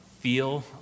feel